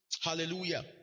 Hallelujah